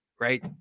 right